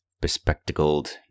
bespectacled